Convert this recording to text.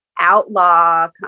outlaw